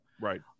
Right